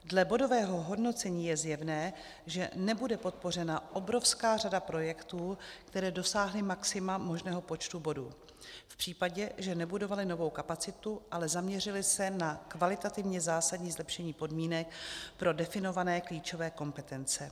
Dle bodového hodnocení je zjevné, že nebude podpořena obrovská řada projektů, které dosáhly maxima možného počtu bodů, v případě, že nebudovaly novou kapacitu, ale zaměřily se na kvalitativně zásadní zlepšení podmínek pro definované klíčové kompetence.